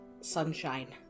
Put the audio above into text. sunshine